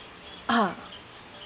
ah